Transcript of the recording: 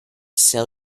sell